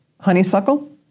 honeysuckle